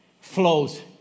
flows